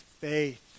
faith